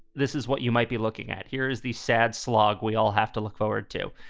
this is what you might be looking at. here is the sad slog we all have to look forward to.